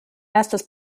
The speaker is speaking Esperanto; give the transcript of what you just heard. estas